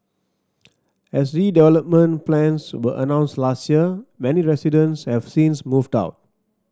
as redevelopment plans were announced last year many residents have since moved out